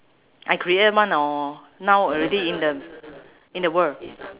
I create one or now already in the in the world